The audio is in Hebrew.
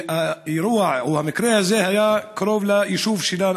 האירוע, המקרה הזה, קורה קרוב ליישוב שלי,